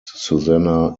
susanna